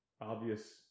Obvious